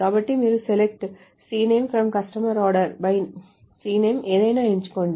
కాబట్టి మీరు SELECT cname FROM customer ORDER BY cname ఏదైనా ఎంచుకోండి